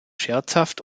scherzhaft